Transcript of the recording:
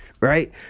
Right